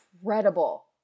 incredible